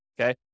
okay